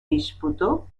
disputó